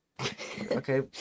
Okay